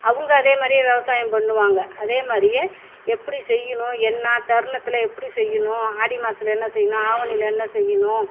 அவங்க அதே மாதிரியே விவசாயம் பண்ணுவாங்க அதே மாதிரியே எப்படி செய்யணும் என்ன தருணத்தில் எப்படி செய்யணும் ஆடி மாசத்தில் என்ன செய்யணும் ஆவணியில் என்ன செய்யணும்